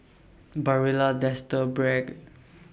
Barilla Dester Bragg